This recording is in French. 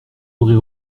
aurez